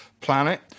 planet